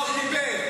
ליכוד וימין.